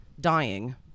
dying